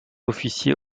officier